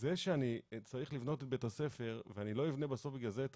זה שאני צריך לבנות בית ספר ואני לא אבנה בגלל זה את